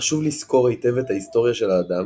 חשוב לסקור היטב את ההיסטוריה של האדם,